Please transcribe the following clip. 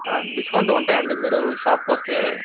discount ఉంటాయి అండి మీరు షాప్కి వస్తే